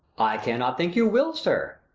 i cannot think you will, sir.